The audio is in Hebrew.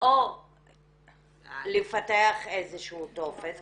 או לפתח איזשהו טופס,